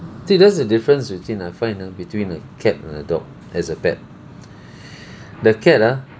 see that's the difference between I find ah between a cat and a dog as a pet the cat ah